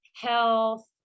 health